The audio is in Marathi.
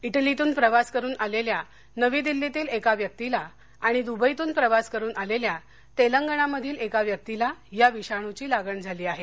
इटलीतून प्रवास करुन आलेल्या नवी दिल्लीतल्या एका व्यक्तीला आणि दुबईतून प्रवास करुन आलेल्या तेलंगणमधल्या एका व्यक्तीला या विषाणूची लागण झाली आहे